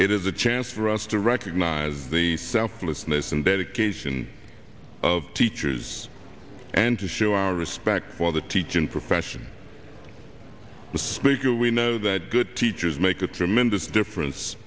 it is a chance for us to recognize the selflessness and dedication of teachers and to show our respect for the teaching profession the speaker we know that good teachers make a tremendous difference